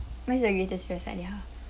what is your greatest fear